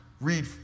Read